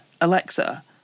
alexa